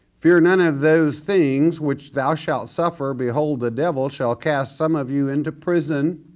fear none of those things which thou shalt suffer, behold the devil shall cast some of you into prison,